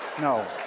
No